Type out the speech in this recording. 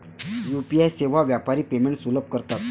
UPI सेवा व्यापारी payments सुलभ करतात